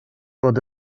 fod